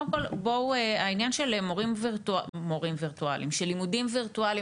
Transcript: העניין של לימודים וירטואליים,